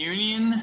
Union